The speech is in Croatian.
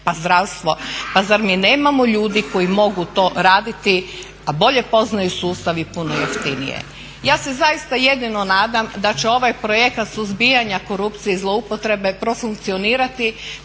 pa zdravstvo. Pa zar mi nemamo ljudi koji mogu to raditi a bolje poznaju sustav i puno jeftinije? Ja se zaista jedino nadam da će ovaj projekat suzbijanja korupcije i zloupotrebe profunkcionirati